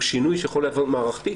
הוא שינוי שיכול להיות מערכתי,